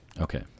Okay